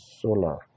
solar